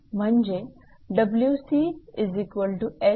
म्हणजे 𝑊𝑐𝐻 असेल